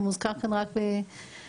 שהוזכר כאן רק בהתחלה.